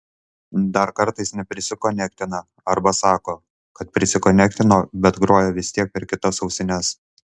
dar kartais neprisikonektina arba sako kad prisikonektino bet groja vis tiek per kitas ausines